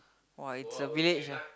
!wah! it's a village ah